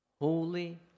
holy